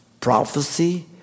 prophecy